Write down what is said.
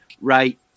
right